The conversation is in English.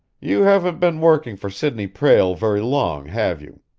you haven't been working for sidney prale very long, have you?